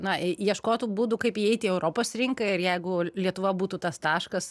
na ieškotų būdų kaip įeiti į europos rinką ir jeigu lietuva būtų tas taškas